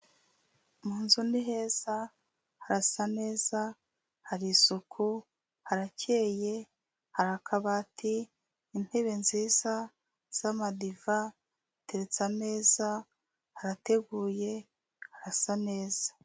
Mu nzu ni heza harasa neza, hari isuku, harakeye, hari akabati, intebe nziza z'amadiva, hateretse ameza, harateguye, harasa neza.